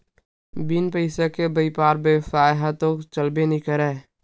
बिन पइसा के बइपार बेवसाय ह तो चलबे नइ करय